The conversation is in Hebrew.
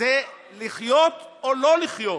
זה לחיות או לא לחיות.